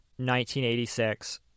1986